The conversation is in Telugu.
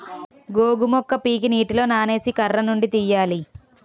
గోగు మొక్క పీకి నీటిలో నానేసి కర్రనుండి తీయాలి